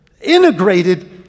integrated